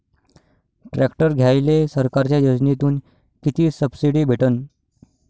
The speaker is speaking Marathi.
ट्रॅक्टर घ्यायले सरकारच्या योजनेतून किती सबसिडी भेटन?